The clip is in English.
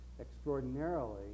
extraordinarily